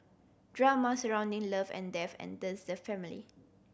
drama surrounding love and death enters the family